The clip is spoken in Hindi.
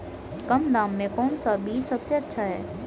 कम दाम में कौन सा बीज सबसे अच्छा है?